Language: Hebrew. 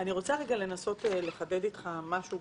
אני רוצה רגע לנסות לחדד איתך משהו.